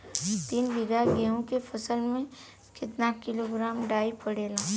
तीन बिघा गेहूँ के फसल मे कितना किलोग्राम डाई पड़ेला?